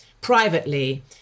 privately